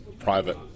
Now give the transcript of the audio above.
private